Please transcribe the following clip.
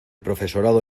profesorado